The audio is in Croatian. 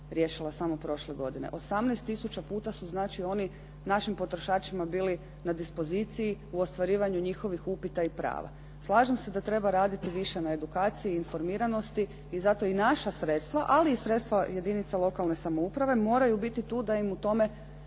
samo prošle godine. 18000 puta su znači oni našim potrošačima bili na dispoziciji u ostvarivanju njihovih upita i prava. Slažem se da treba raditi više na edukaciji i informiranosti i zato i naša sredstva, ali i sredstva jedinica lokalne samouprave moraju biti tu da im u tome